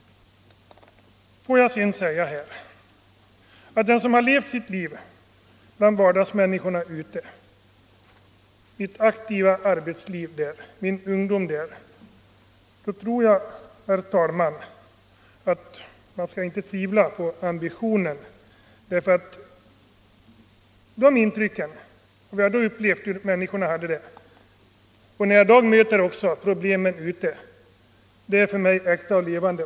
Får jag sedan, herr talman, säga att man inte bör tvivla på ambitionen hos dem, som har fått uppleva sin ungdom och verkat i sitt aktiva arbetsliv ute bland vardagsmänniskorna. Intrycken av hur människorna då hade det och deras problem är för mig äkta och levande.